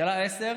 שאלה 10: